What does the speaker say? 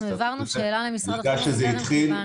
אנחנו העברנו שאלה למשרד החינוך וטרם קיבלנו.